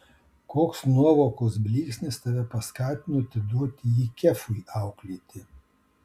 koks nuovokos blyksnis tave paskatino atiduoti jį kefui auklėti